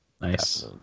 Nice